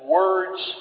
words